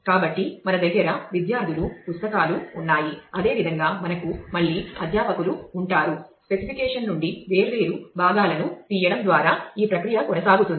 కాబట్టి మన దగ్గర విద్యార్థులు పుస్తకాలు ఉన్నాయి అదేవిధంగా మనకు మళ్ళీ అధ్యాపకులు ఉంటారు స్పెసిఫికేషన్ నుండి వేర్వేరు భాగాలను తీయడం ద్వారా ఈ ప్రక్రియ కొనసాగుతుంది